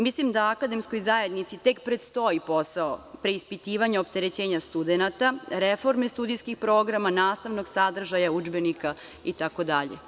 Mislim da akademskoj zajednici tek predstoji posao preispitivanja opterećenja studenata, reforme studijskih programa, nastavnog sadržaja udžbenika itd.